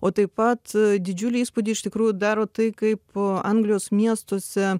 o taip pat didžiulį įspūdį iš tikrųjų daro tai kaip anglijos miestuose